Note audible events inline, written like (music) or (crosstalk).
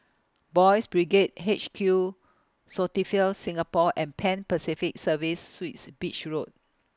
Boys' Brigade H Q (unintelligible) feel Singapore and Pan Pacific Serviced Suites Beach Road